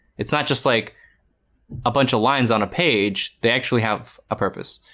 it's not just like a bunch of lines on a page. they actually have a purpose